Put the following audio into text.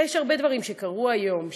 הרבה דברים קרו היום.